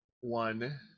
one